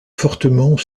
fortement